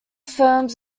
firms